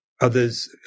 others